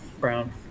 brown